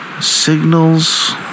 signals